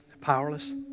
powerless